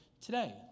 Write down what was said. today